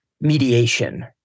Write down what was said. mediation